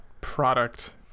Product